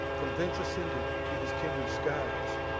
from thence ascended to his kindred skies,